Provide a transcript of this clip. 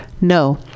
No